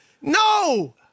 No